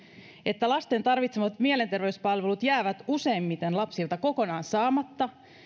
että lasten tarvitsemat mielenterveyspalvelut jäävät useimmiten lapsilta kokonaan saamatta